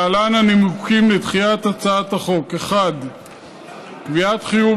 להלן הנימוקים לדחיית הצעת החוק: 1. קביעת חיוב